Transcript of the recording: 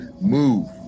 move